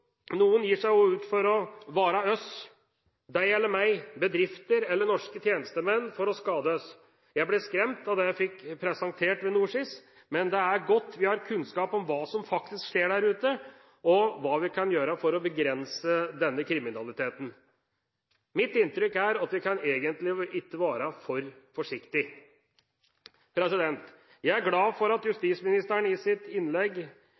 Noen gir seg også ut for å være oss – deg eller meg, bedrifter eller norske tjenestemenn – for å skade oss. Jeg ble skremt av det jeg fikk presentert ved NorSIS, men det er godt vi har kunnskap om hva som faktisk skjer der ute, og hva vi kan gjøre for å begrense denne kriminaliteten. Mitt inntrykk er at vi egentlig ikke kan være for forsiktige. Jeg er glad for at justisministeren i sitt innlegg